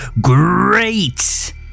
great